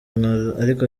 ariko